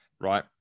right